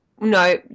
no